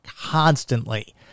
constantly